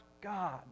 God